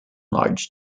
large